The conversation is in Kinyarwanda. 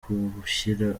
kuwushyira